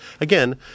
again